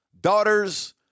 daughters